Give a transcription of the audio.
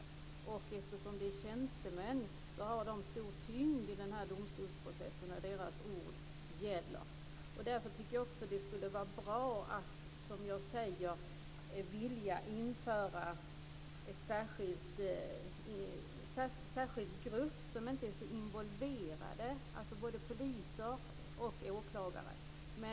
Eftersom det rör sig om tjänstemän har de stor tyngd i domstolsprocessen, och deras ord gäller. Därför tycker jag också att det skulle vara bra om man ville införa en särskild grupp som inte är så involverad - både poliser och åklagare.